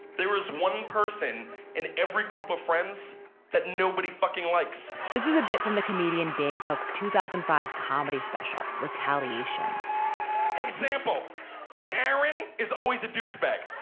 there was one person in every couple of friends that nobody fucking likes this is a bit when the comedian dane cox two thousand and five comedy special retaliation example carrie is always a douche bag,